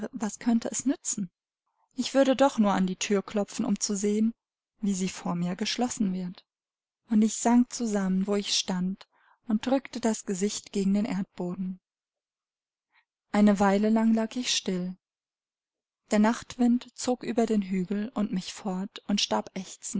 was könnte es nützen ich würde doch nur an die thür klopfen um zu sehen wie sie vor mir geschlossen wird und ich sank zusammen wo ich stand und drückte das gesicht gegen den erdboden eine weile lang lag ich still der nachtwind zog über den hügel und mich fort und starb